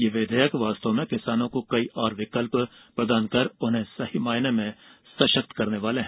ये विधेयक वास्तव में किसानों को कई और विकल्प प्रदान कर उन्हें सही मायने में सशक्त करने वाले हैं